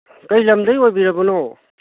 ꯀꯔꯤ ꯂꯝꯗꯒꯤ ꯑꯣꯏꯕꯤꯔꯕꯅꯣ